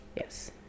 Yes